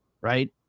right